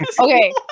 okay